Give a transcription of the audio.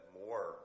more